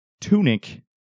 Tunic